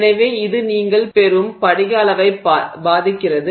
எனவே இது நீங்கள் பெறும் படிக அளவைப் பாதிக்கிறது